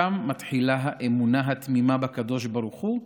שם מתחילה האמונה התמימה בקדוש ברוך הוא,